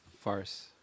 farce